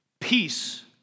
Peace